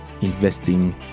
investing